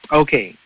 okay